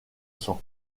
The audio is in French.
sang